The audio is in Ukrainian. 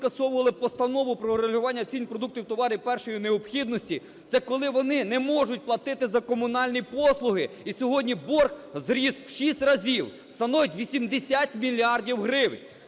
постанову про регулювання цін продуктів товарів першої необхідності, це коли вони не можуть платити за комунальні послухи, і сьогодні борг зріс в шість разів, становить 80 мільярдів гривень.